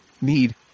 need